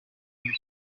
muri